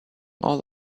all